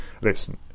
Listen